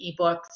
ebooks